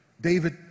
David